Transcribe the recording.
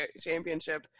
championship